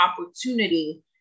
opportunity